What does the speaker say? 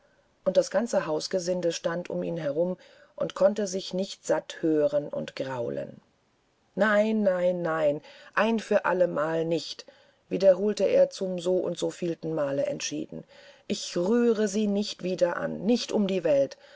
und das ganze hausgesinde stand um ihn her und konnte sich nicht satt hören und graulen nein nein nein ein für allemal nicht wiederholte er zum so und so vielten male entschieden ich rühre sie nicht wieder an nicht um die welt